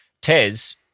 Tez